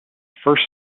first